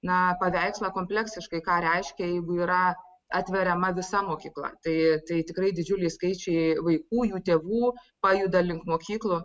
na paveikslą kompleksiškai ką reiškia jeigu yra atveriama visa mokykla tai tai tikrai didžiuliai skaičiai vaikų jų tėvų pajuda link mokyklų